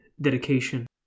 dedication